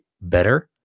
better